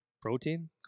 protein